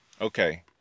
Okay